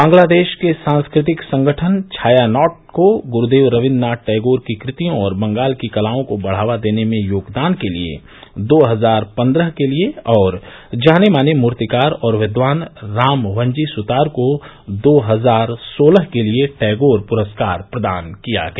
बांग्लादेश के सांस्कृतिक संगठन छायानॉट को गुरूदेव रवीन्द्रनाथ टैगोर की कृतियों और बंगाल की कलाओं को बढ़ावा देने में योगदान के लिए दो हजार पन्द्रह के लिए और जाने माने मूर्तिकार और विद्वान राम वनजी सुतार को दो हजार सोलह के लिए टैगोर पुरस्कार प्रदान किया गया